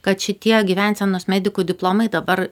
kad šitie gyvensenos medikų diplomai dabar